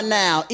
now